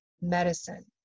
medicine